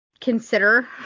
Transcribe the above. consider